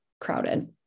crowded